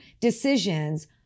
decisions